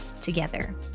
together